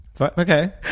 Okay